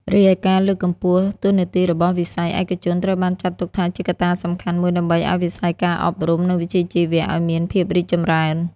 រីឯការលើកកម្ពស់តួនាទីរបស់វិស័យឯកជន ត្រូវបានចាត់ទុកថាជាកត្តាសំខាន់មួយដើម្បីឱ្យវិស័យការអប់រំ និងវិជ្ជាជីវៈ ឲ្យមានភាពរីកចម្រើន។